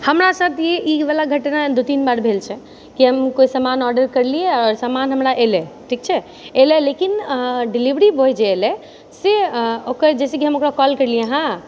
हमरा साथ ई बला घटना दू तीन बार भेल छै कि हम कोइ समान आर्डर करलियै आओर समान हमरा एलै ठीक छै एलै लेकिन डिलीवरी बॉय जे एलै से ओकर जैसे कि हम ओकरा कॉल करलियै हँ